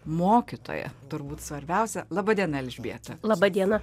mokytoja turbūt svarbiausia laba diena elžbieta